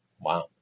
wow